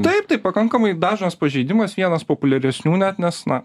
taip tai pakankamai dažnas pažeidimas vienas populiaresnių net nes na